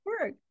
work